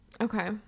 Okay